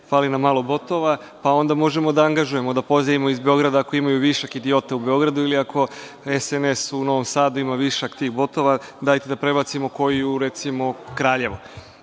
fali nam malo botova, pa onda možemo da angažujemo, da pozajmimo iz Beograda ako imaju višak idiota u Beogradu ili ako SNS u Novom Sadu ima višak tih botova, dajte da prebacimo, recimo, u Kraljevo?